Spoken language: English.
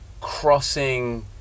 crossing